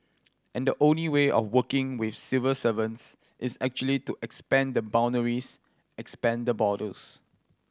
and the only way of working with civil servants is actually to expand the boundaries expand the borders